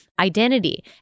identity